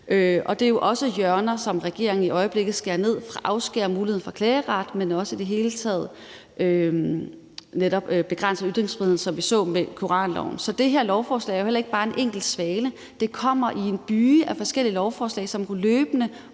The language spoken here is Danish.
Og det er jo også hjørner, som regeringen i øjeblikket skærer ned, afskærer muligheden for klageret, men i det hele taget netop også begrænser ytringsfriheden, som vi så det med koranloven. Så det her lovforslag er jo heller ikke bare en enlig svale, men det kommer i en byge af forskellige lovforslag, som løbende